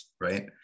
right